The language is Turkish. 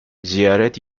ziyaret